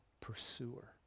pursuer